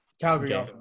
Calgary